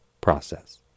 process